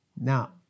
Now